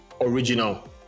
original